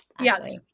Yes